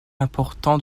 importants